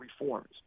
reforms